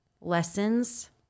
lessons